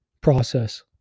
process